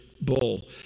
bull